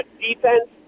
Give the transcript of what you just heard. defense